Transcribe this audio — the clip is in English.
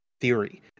theory